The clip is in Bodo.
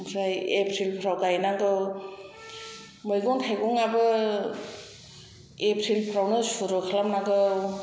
ओमफ्राय एप्रिलफोराव गायनांगौ मैगं थायगंआबो एप्रिलफ्रावनो सुरु खालामनांगौ